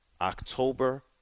October